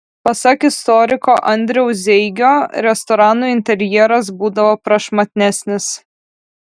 pasak istoriko andriaus zeigio restoranų interjeras būdavo prašmatnesnis